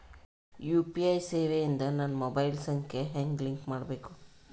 UPI ಸೇವೆ ಇಂದ ನನ್ನ ಮೊಬೈಲ್ ಸಂಖ್ಯೆ ಹೆಂಗ್ ಲಿಂಕ್ ಮಾಡಬೇಕು?